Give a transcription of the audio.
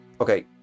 Okay